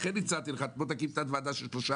לכן הצעתי לך להקים תת-ועדה של שלושה